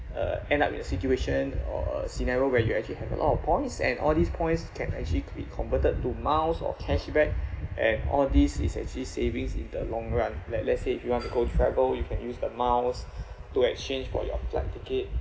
uh) end up in a situation or a scenario where you actually have a lot of points and all these points can actually could be converted to miles or cash back and all these is actually savings in the long run like let's say if you want to go travel you can use the miles to exchange for your flight ticket